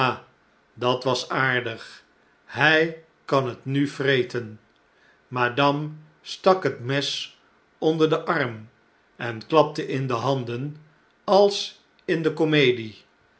dat was aardig hjj kan het nu vreten madame stak het mes onder den arm en klapte in de handen als in de komedie